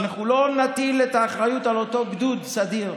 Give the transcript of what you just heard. אנחנו לא נטיל את האחריות על אותו גדוד סדיר.